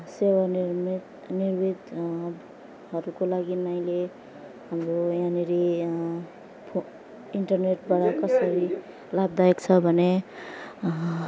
सेवा निर्मित निवृत हरूको लागि अहिले हाम्रो यहाँनिर फो इन्टरनेटबाट कसरी लाभदायक छ भने